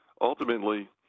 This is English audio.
ultimately